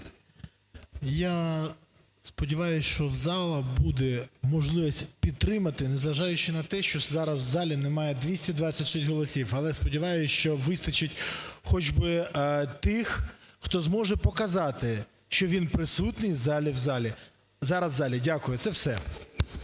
Я сподіваюся, що в зала буде можливість підтримати, незважаючи на те, що зараз в залі немає 226 голосів. Але сподіваюся, що вистачить хоч би тих, хто зможе показати, що він присутній взагалі в залі, зараз в залі. Дякую. це все.